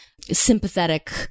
sympathetic